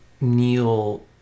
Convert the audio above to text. Neil